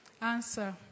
answer